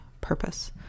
purpose